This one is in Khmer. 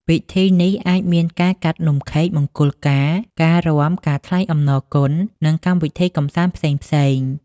ពិធីនេះអាចមានការកាត់នំខេកមង្គលការ ការរាំ ការថ្លែងអំណរគុណ និងកម្មវិធីកម្សាន្តផ្សេងៗ ។